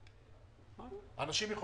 זה לגבי התקציב הזה.